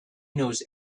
knows